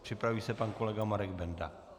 Připraví se pan kolega Marek Benda.